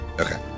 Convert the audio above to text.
Okay